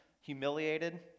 humiliated